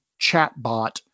chatbot